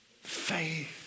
Faith